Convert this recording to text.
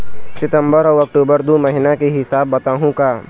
सितंबर अऊ अक्टूबर दू महीना के हिसाब बताहुं का?